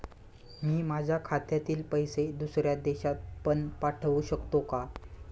मी माझ्या खात्यातील पैसे दुसऱ्या देशात पण पाठवू शकतो का?